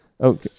Okay